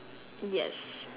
yes